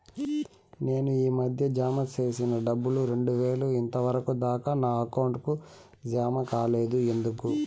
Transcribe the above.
నేను ఈ మధ్య జామ సేసిన డబ్బులు రెండు వేలు ఇంతవరకు దాకా నా అకౌంట్ కు జామ కాలేదు ఎందుకు?